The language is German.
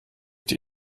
die